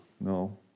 No